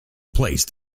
placed